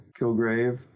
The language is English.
Kilgrave